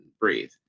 breathe